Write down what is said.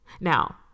Now